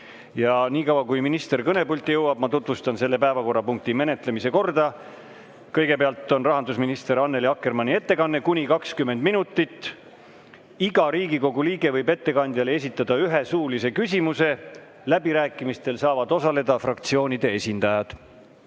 Niikaua, kuni minister kõnepulti jõuab, ma tutvustan selle päevakorrapunkti menetlemise korda. Kõigepealt on rahandusminister Annely Akkermanni ettekanne, kuni 20 minutit. Iga Riigikogu liige võib ettekandjale esitada ühe suulise küsimuse. Läbirääkimistel saavad osaleda fraktsioonide esindajad.